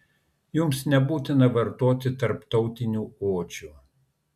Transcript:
jums nebūtina vartoti tarptautinių odžių